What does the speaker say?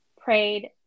prayed